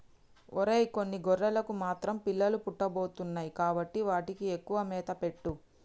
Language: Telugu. ఒరై కొన్ని గొర్రెలకు మాత్రం పిల్లలు పుట్టబోతున్నాయి కాబట్టి వాటికి ఎక్కువగా మేత పెట్టు